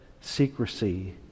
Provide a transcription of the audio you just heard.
secrecy